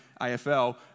AFL